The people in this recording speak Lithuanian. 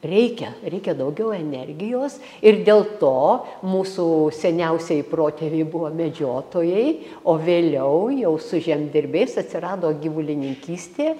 reikia reikia daugiau energijos ir dėl to mūsų seniausieji protėviai buvo medžiotojai o vėliau jau su žemdirbiais atsirado gyvulininkystė